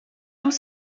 tous